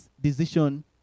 decision